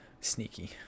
Sneaky